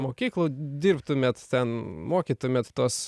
mokyklų dirbtumėt ten mokytumėt tuos